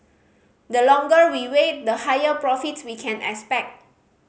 the longer we wait the higher profits we can expect